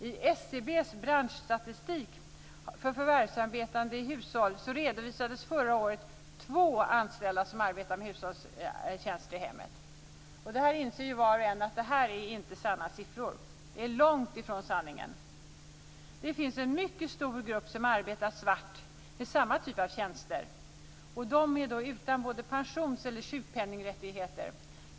I SCB:s branschstatistik för förvärvsarbetande i hushåll redovisades förra året två anställda som arbetar med hushållstjänster i hem. Det inser ju var och en att det här är inte sanna siffror. Det är långt ifrån sanningen. Det finns en mycket stor grupp som arbetar svart med samma typ av tjänster. De är utan både pensions och sjukpenningrättigheter.